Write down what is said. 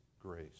grace